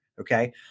Okay